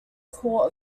court